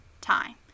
time